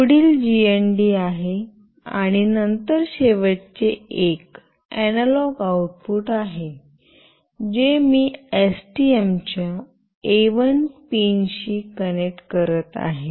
पुढील जीएनडी आहे आणि नंतर शेवटचे एक अनालॉग आउटपुट आहे जे मी एसटीएम च्या ए1 पिनशी कनेक्ट करत आहे